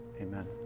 Amen